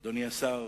אדוני השר,